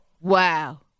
Wow